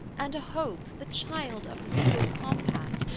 and a hope the child of regal compact,